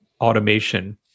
automation